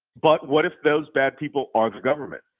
but what if those bad people are the government?